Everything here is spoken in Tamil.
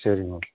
சரிங்கம்மா